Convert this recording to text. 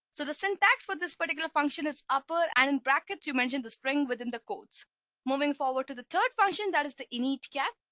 so the syntax for this particular function is upper and in brackets, you mentioned the spring within the codes moving forward to the third function that is the in each cap.